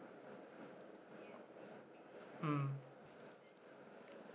mm